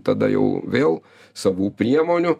tada jau vėl savų priemonių